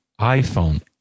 iPhone